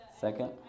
Second